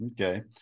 Okay